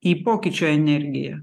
į pokyčio energiją